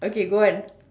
okay go on